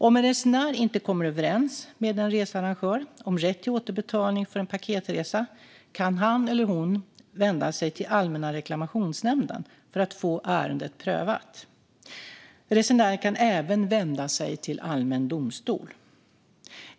Om en resenär inte kommer överens med en researrangör om rätt till återbetalning för en paketresa kan han eller hon vända sig till Allmänna reklamationsnämnden för att få ärendet prövat. Resenären kan även vända sig till allmän domstol.